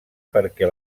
perquè